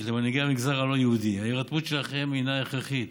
למנהיגי המגזר הלא-יהודי: ההירתמות שלכם הינה הכרחית.